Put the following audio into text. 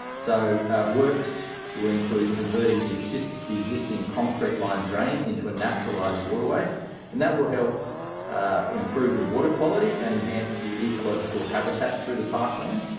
so works will include converting the existing concrete line drain into a naturalised waterway and that will help improve the water quality and enhance the ecological habitat through the parkland.